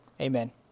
amen